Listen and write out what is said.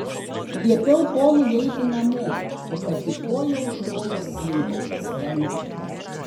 liepiau polui eiti namo o pati koja už kojos slinkau pas henrį